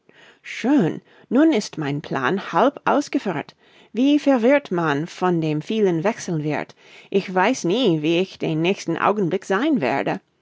schön nun ist mein plan halb ausgeführt wie verwirrt man von dem vielen wechseln wird ich weiß nie wie ich den nächsten augenblick sein werde